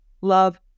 love